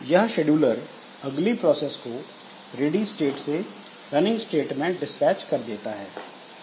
यह शेड्यूलर अगली प्रोसेस को रेडी स्टेट से रनिंग स्टेट में डिस्पैच कर देता है